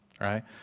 right